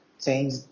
change